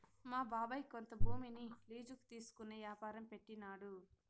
మా బాబాయ్ కొంత భూమిని లీజుకి తీసుకునే యాపారం పెట్టినాడు